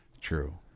True